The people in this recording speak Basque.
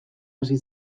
hasi